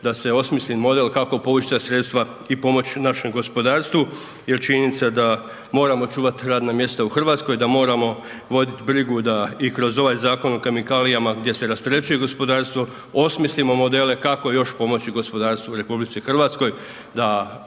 da se osmisli model kako povući ta sredstva i pomoći našem gospodarstvu jer činjenica da moramo čuvati radna mjesta u Hrvatskoj, da moramo vodit brigu da i kroz ovaj Zakon o kemikalijama gdje se rasterećuje gospodarstvo osmislimo modele kako još pomoći gospodarstvu u RH da imamo radna